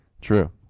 True